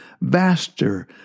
Vaster